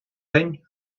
день